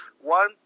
one